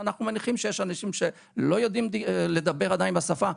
אנחנו מניחים שיש אנשים שלא יודעים לדבר עדיין בשפה,